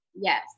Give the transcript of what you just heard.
Yes